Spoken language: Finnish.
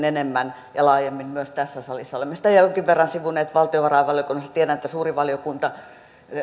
enemmän ja laajemmin myös tässä salissa olemme sitä jonkin verran sivunneet valtiovarainvaliokunnassa ja tiedän että suuri valiokunta